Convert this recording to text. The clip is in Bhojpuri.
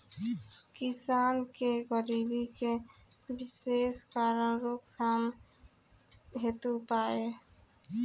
किसान के गरीबी के विशेष कारण रोकथाम हेतु उपाय?